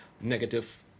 negative